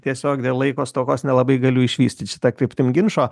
tiesiog dėl laiko stokos nelabai galiu išvyst šita kryptim ginčo